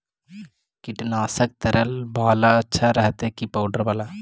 कीटनाशक तरल बाला अच्छा रहतै कि पाउडर बाला?